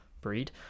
breed